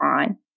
on